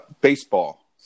Baseball